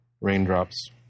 Raindrops